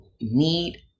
need